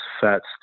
fats